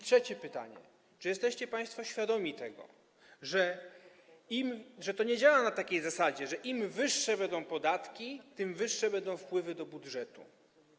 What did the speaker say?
Trzecie pytanie: Czy jesteście państwo świadomi tego, że to nie działa na takiej zasadzie, że im wyższe będą podatki, tym wyższe będą wpływy do budżetu?